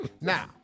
Now